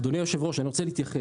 אדוני היושב-ראש, אני רוצה להתייחס.